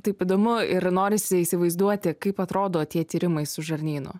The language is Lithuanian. taip įdomu ir norisi įsivaizduoti kaip atrodo tie tyrimai su žarnynu